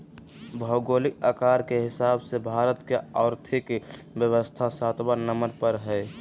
भौगोलिक आकार के हिसाब से भारत के और्थिक व्यवस्था सत्बा नंबर पर हइ